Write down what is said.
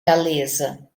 galesa